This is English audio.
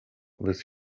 with